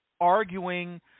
arguing